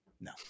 No